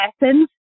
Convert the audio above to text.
lessons